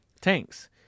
tanks